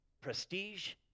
prestige